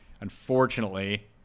Unfortunately